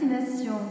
destination